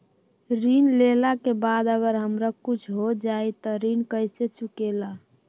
ऋण लेला के बाद अगर हमरा कुछ हो जाइ त ऋण कैसे चुकेला?